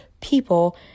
people